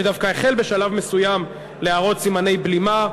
שדווקא החל בשלב מסוים להראות סימני בלימה.